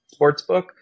Sportsbook